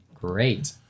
Great